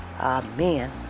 Amen